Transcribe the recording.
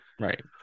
Right